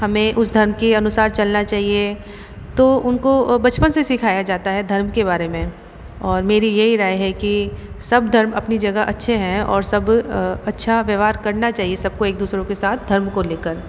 हमें उस धर्म के अनुसार चलना चाहिए तो उनको बचपन से सिखाया जाता है धर्म के बारे में और मेरी यही राय है कि सब धर्म अपनी जगह अच्छे हैं और सब अच्छा व्यवहार करना चाहिए सबको एक दूसरों के साथ धर्म को लेकर